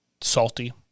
salty